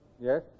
Yes